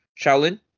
Shaolin